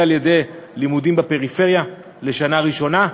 על-ידי לימודים בפריפריה בשנה ראשונה,